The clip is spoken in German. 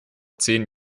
zehn